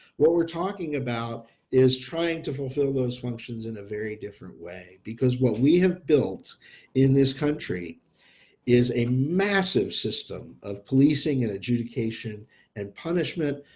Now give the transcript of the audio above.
what we're talking about is trying to fulfill those functions in a very different way, because what we have built in this country is a massive system of policing and adjudication and punishment,